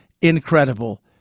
incredible